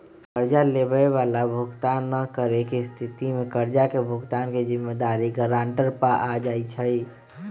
कर्जा लेबए बला भुगतान न करेके स्थिति में कर्जा के भुगतान के जिम्मेदारी गरांटर पर आ जाइ छइ